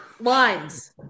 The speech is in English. Lines